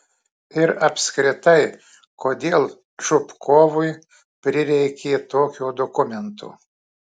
ir apskritai kodėl čupkovui prireikė tokio dokumento